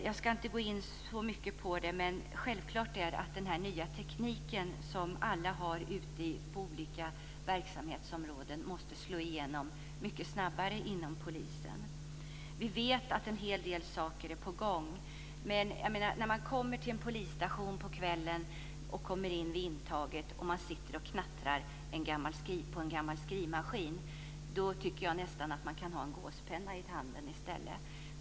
Jag ska inte gå in så mycket på detta. Men självklart är att den nya tekniken, som alla har ute på olika verksamhetsområden, måste slå igenom mycket snabbare inom polisen. Vi vet att en hel del saker är på gång. Men när man kommer till intaget på en polisstation på kvällen och ser hur de där sitter och knattrar på en gammal skrivmaskin, tycker man nästan att de kan ha en gåspenna i handen i stället.